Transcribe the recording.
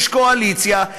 יש קואליציה,